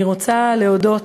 אני רוצה להודות,